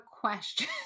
question